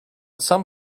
some